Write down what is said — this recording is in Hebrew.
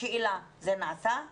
השאלה, זה נעשה או לא?